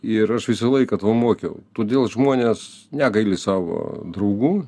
ir aš visą laiką to mokiau todėl žmonės negaili savo draugų